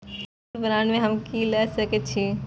Gold bond में हम की ल सकै छियै?